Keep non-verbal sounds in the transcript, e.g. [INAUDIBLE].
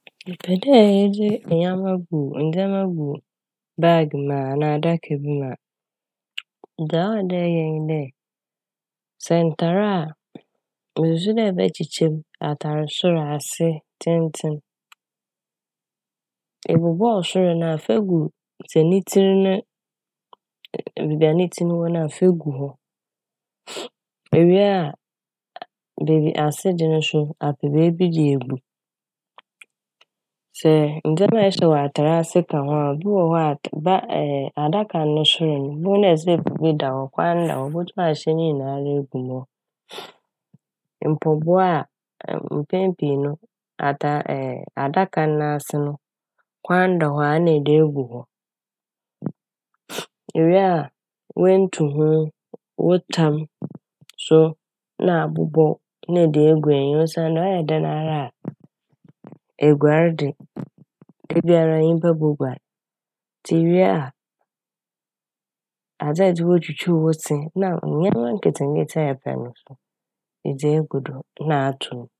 Epɛ dɛ ɛdze nyɛma gu- ndzɛma gu baage mu a anaa adaka bi mu a. Dza ɔwɔ dɛ eyɛ nye dɛ sɛ ntar a mususu dɛ ebɛkyekyɛ m', atar sor, ase, tsentsen. Ebobɔɔw sor no a fa gu sɛ ne tsir ne- nn- beebi a ne tsir no wɔ no a, fa gu hɔ. [HESITATION] Ewie a aa- beeb- asede no so apɛ beebi de egu. Sɛ ndzɛma ɛhyɛ wɔ atar ase ka ho a bi wɔ hɔ a da [HESITATION] adaka no sor no bo hu dɛ "zip" bi da hɔ, kwan da hɔ ibotum ahyehyɛ ne nyinara egu mu hɔ. [HESITATION] Mpɔbowa a [HESITATION] mpɛn pii no ata- adaka n' n'ase hɔ no kwan da hɔ a na ɛde egu hɔ. [HESITATION] Ewie a w'entuho, wo tam so na abobɔw na ede gu enyi osiandɛ ɔyɛ dɛn ara a eguar de dabiara nyimpa boguar ntsi iwie a adze a ɛde botwutwuuw wo se na nyɛma nketsenketse a ɛpɛ no edze egu do na ato m'.